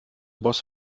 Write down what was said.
boss